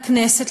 לכנסת,